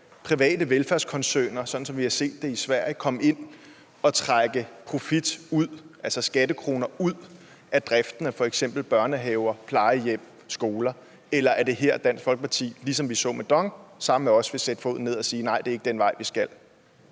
lade private velfærdskoncerner, sådan som vi har set det i Sverige, komme ind og trække profit, altså skattekroner ud af driften af f.eks. børnehaver, plejehjem, skoler? Eller er det her, Dansk Folkeparti – ligesom vi så det med DONG – sammen med os vil sætte foden ned og sige, at nej, det er ikke den vej, vi skal?